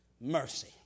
Mercy